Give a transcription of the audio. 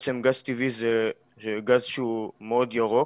שבעצם גז טבעי זה גז שהוא מאוד ירוק,